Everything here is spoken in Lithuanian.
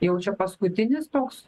jau čia paskutinis toks